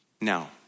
Now